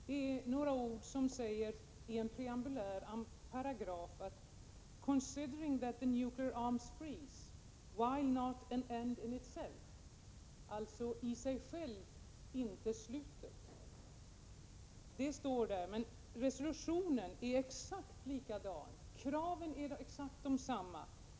Det sägs i en preambulär paragraf föjande: ”Considering that a nuclear-arms freeze, while not an end in itself, ——--"" Alltså: ”i sig själv inte slutet”, det står där, men resolutionen i övrigt är exakt likadan som förut. Kraven är exakt desamma.